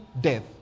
death